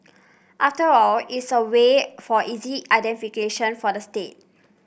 after all it's a way for easy identification for the state